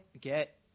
get